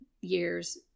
years